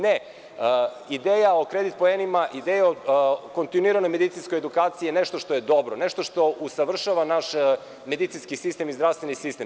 Ne, ideja o kredit poenima i ideja o kontinuiranoj medicinskoj edukaciji je nešto što je dobro, nešto što usavršava naš medicinski sistem i zdravstveni sistem.